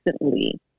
recently